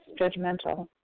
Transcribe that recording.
judgmental